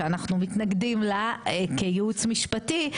שאנחנו מתנגדים לה כייעוץ משפטי,